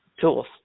tools